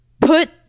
Put